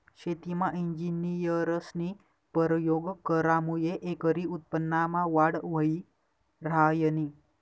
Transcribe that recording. शेतीमा इंजिनियरस्नी परयोग करामुये एकरी उत्पन्नमा वाढ व्हयी ह्रायनी